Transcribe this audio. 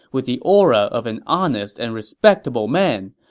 with the aura of an honest and respectable man.